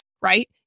right